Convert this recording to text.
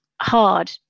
hard